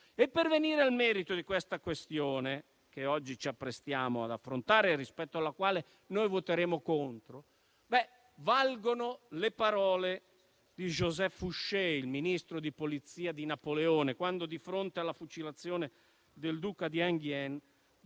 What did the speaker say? Per venire al merito di questa questione che oggi ci apprestiamo ad affrontare, rispetto alla quale noi voteremo contro, valgono le parole di Joseph Fouché, il Ministro di polizia di Napoleone, quando, di fronte alla fucilazione del duca di Enghien,